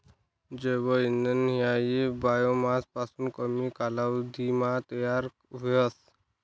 जैव इंधन हायी बायोमास पासून कमी कालावधीमा तयार व्हस